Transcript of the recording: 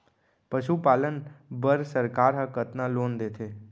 पशुपालन बर सरकार ह कतना लोन देथे?